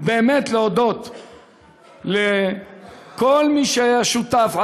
באמת להודות לכל מי שהיה שותף.